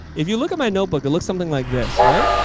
if you look at my notebook it look something like this. right.